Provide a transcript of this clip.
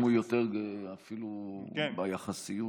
לכן ביחסיות המיקום הוא אפילו טוב יותר.